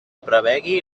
prevegi